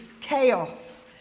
chaos